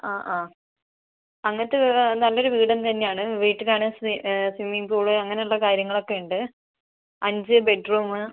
ആ ആ അങ്ങനത്തെ നല്ലൊരു വീടും തന്നെയാണ് വീട്ടിലാണെങ്കിൽ സ്വിമ്മിങ്ങ് പൂൾ അങ്ങനെയുള്ള കാര്യങ്ങളൊക്കെ ഉണ്ട് അഞ്ച് ബെഡ്റൂം